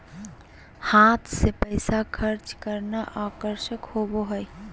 हाथ से पैसा खर्च करना आकर्षक होबो हइ